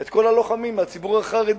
את כל הלוחמים מהציבור החרדי.